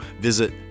visit